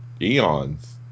eons